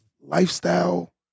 lifestyle